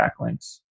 backlinks